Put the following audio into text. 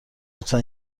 لطفا